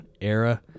era